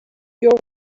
your